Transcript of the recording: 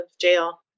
jail